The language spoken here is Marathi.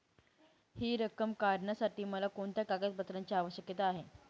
हि रक्कम काढण्यासाठी मला कोणत्या कागदपत्रांची आवश्यकता आहे?